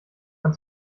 man